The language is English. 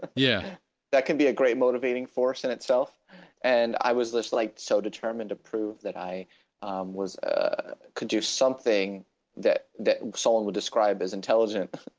but yeah that can be a great motivating force in itself and i was just like so determined to prove that i um was, ah could do something that that someone would describe as intelligent.